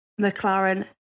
McLaren